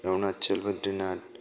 Arunachal Badrinath